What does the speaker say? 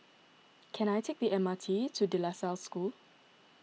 can I take the M R T to De La Salle School